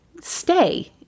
stay